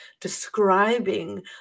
describing